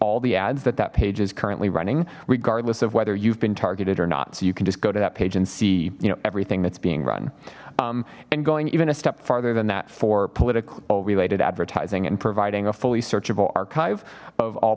all the ads that that page is currently running regardless of whether you've been targeted or not so you can just go to that page and see you know everything that's being run and going even a step farther than that for political related advertising and providing a fully searchable archive of all